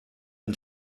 uns